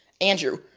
Andrew